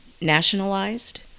nationalized